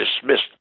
dismissed